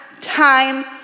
time